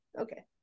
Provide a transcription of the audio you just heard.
Okay